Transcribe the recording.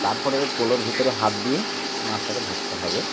তারপরে পোলোর ভিতরে হাত দিয়ে মাছটাকে ধরতে হবে